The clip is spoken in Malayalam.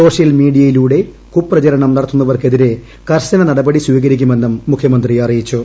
സോഷ്യൽ മീഡിയയിലൂടെ കുപ്രചരണം നടത്തുന്നവർക്കെതിരെ കർശന നടപടി സ്വീകരിക്കുമെന്നും മുഖ്യമന്ത്രി അറിയിച്ചു